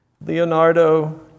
Leonardo